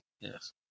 Yes